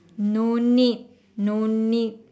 no need no need